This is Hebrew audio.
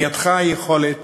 בידך היכולת